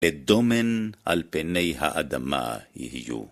לדומן על פני האדמה יהיו.